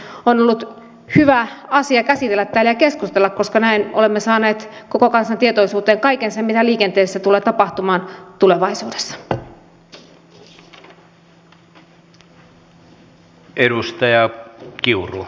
mielestäni opposition välikysymys on ollut hyvä käsitellä ja keskustella täällä koska näin olemme saaneet koko kansan tietoisuuteen kaiken sen mitä liikenteessä tulee tapahtumaan tulevaisuudessa